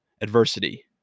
adversity